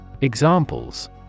Examples